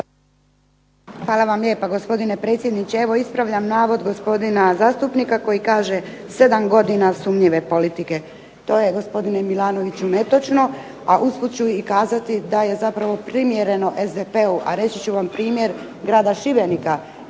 Hvala vam lijepa gospodine predsjedniče. Evo ispravljam navod gospodina zastupnika koji kaže, 7 godina sumnjive politike. To je gospodine Milanoviću netočno. A usput ću kazati da je zapravo primjereno SDP-u, a reći ću vam primjer grada Šibenika